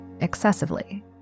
excessively